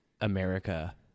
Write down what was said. America